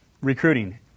Recruiting